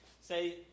say